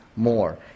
more